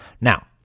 Now